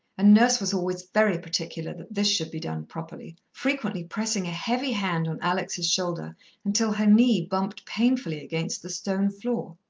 and nurse was always very particular that this should be done properly, frequently pressing a heavy hand on alex's shoulder until her knee bumped painfully against the stone floor.